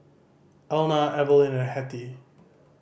Elna Evalyn and Hettie